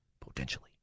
potentially